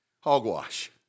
Hogwash